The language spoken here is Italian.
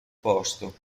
posto